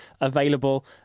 available